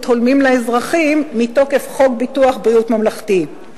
הולמים לאזרחים מתוקף חוק ביטוח בריאות ממלכתי.